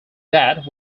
that